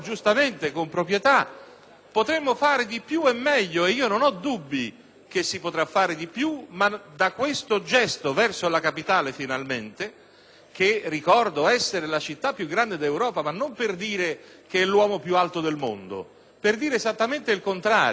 Potremmo fare di più e meglio; non ho dubbi che si potrà fare di più, ma a partire da questo gesto verso la capitale che - ricordo - è la città più grande d'Europa, ma non per dire che è l'uomo più alto del mondo, ma esattamente il contrario. Qui siamo di fronte